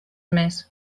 més